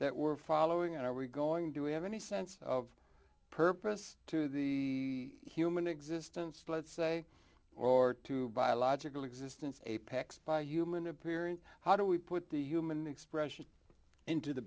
that we're following and are we going to have any sense of purpose to be human existence let's say or to biological existence apacs by human appearance how do we put the human expression into the